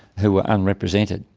who were unrepresented.